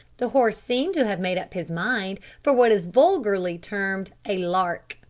the horse seemed to have made up his mind for what is vulgarly termed a lark.